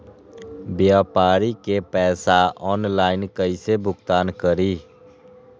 व्यापारी के पैसा ऑनलाइन कईसे भुगतान करी?